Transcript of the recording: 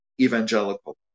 evangelical